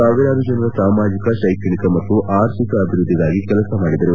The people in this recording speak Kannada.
ಸಾವಿರಾರು ಜನರ ಸಾಮಾಜಿಕ ಶೈಕ್ಷಣಿಕ ಮತ್ತು ಅರ್ಥಿಕ ಅಭಿವೃದ್ದಿಗಾಗಿ ಕೆಲಸ ಮಾಡಿದರು